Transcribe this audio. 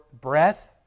breath